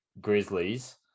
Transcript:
Grizzlies